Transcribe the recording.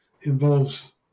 involves